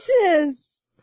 Jesus